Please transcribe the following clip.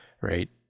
right